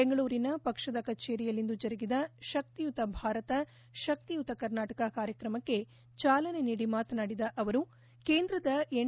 ಬೆಂಗಳೂರಿನ ಪಕ್ಷದ ಕಚೇರಿಯಲ್ಲಿಂದು ಜರುಗಿದ ಶಕ್ತಿಯುತ ಭಾರತ ಶಕ್ತಿಯುತ ಕರ್ನಾಟಕ ಕಾರ್ಯಕ್ರಮಕ್ಕೆ ಚಾಲನೆ ನೀಡಿ ಮಾತನಾಡಿದ ಅವರು ಕೇಂದ್ರದ ಎನ್